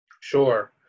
Sure